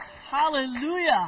hallelujah